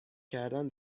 کردن